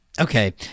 okay